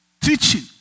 teaching